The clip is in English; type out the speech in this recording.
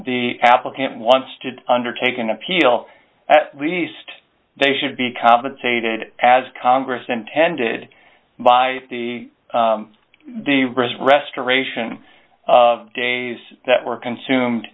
the applicant wants to undertake an appeal at least they should be compensated as congress intended by the wrist restoration days that were consumed